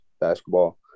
basketball